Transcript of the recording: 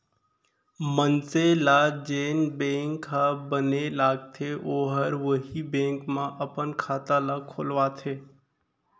मनसे ल जेन बेंक ह बने लागथे ओहर उहीं बेंक म अपन खाता ल खोलवाथे